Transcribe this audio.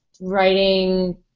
writing